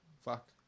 fuck